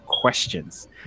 questions